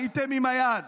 הייתם עם היד,